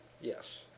Yes